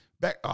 back